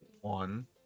one